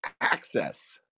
access